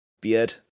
beard